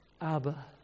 Abba